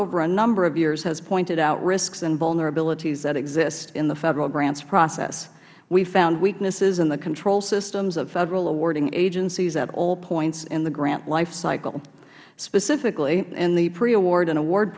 over a number of years has pointed out risks and vulnerabilities that exist in the federal grants process we found weaknesses in the control systems of federal awarding agencies at all points in the grant life cycle specifically in the pre award and award